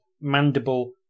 Mandible